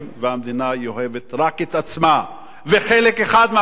היא אוהבת רק את עצמה וחלק אחד מהאוכלוסייה שלה.